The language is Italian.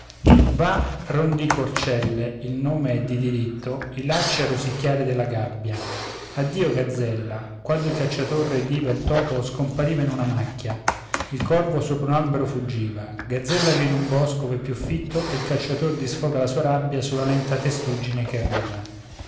di diritto i lacci a rosicchiare della gabbia addio gazzella quando il cacciator rediva il topo scompariva in una macchia il corvo sopra un albero fuggiva gazzella iva in un bosco ov'è più fitto e il cacciator disfoga la sua rabbia sulla lenta testuggine che arriva